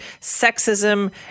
sexism